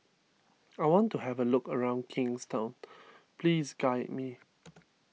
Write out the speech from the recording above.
I want to have a look around Kingstown please guide me